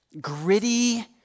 gritty